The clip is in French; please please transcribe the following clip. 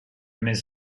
mes